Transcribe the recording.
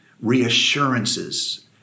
reassurances